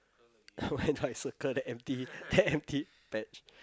why not I circle the empty that empty patch